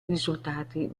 risultati